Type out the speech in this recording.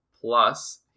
Plus